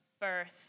birth